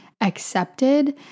accepted